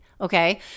Okay